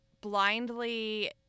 blindly